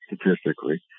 statistically